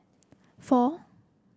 four